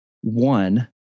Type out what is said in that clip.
One